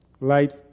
light